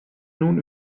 nun